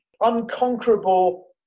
unconquerable